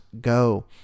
go